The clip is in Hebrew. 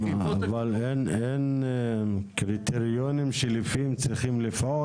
אין קריטריונים שלפיהם הם צריכים לפעול?